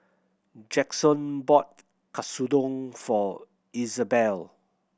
Jaxon bought Katsudon for Izabelle